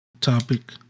topic